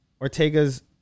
Ortega's